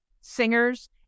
singers